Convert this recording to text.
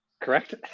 Correct